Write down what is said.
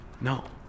No